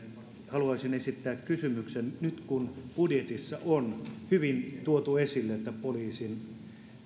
haluaisin esittää kysymyksen nyt kun budjetissa on hyvin tuotu esille että poliisin